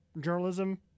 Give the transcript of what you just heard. journalism